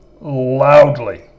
loudly